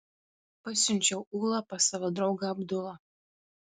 pasiunčiau ulą pas savo draugą abdulą